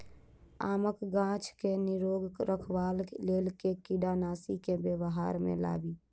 आमक गाछ केँ निरोग रखबाक लेल केँ कीड़ानासी केँ व्यवहार मे लाबी?